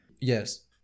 Yes